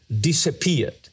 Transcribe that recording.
disappeared